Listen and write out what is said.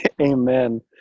Amen